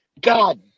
God